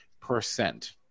percent